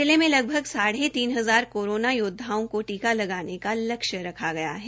जिले में लगभग साढ़े तीन हजार कोरोना योद्धाओं को टीका लगाने का लक्ष्या रखा गया है